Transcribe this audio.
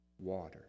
water